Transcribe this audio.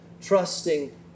trusting